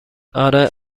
آره